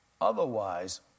Otherwise